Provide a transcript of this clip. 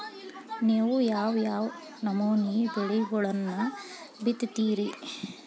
ನೇವು ಯಾವ್ ಯಾವ್ ನಮೂನಿ ಬೆಳಿಗೊಳನ್ನ ಬಿತ್ತತಿರಿ?